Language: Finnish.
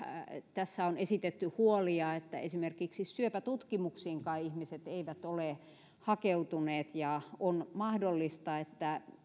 tässä on esitetty huolia että esimerkiksi syöpätutkimuksiinkaan ihmiset eivät ole hakeutuneet ja on mahdollista että